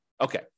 Okay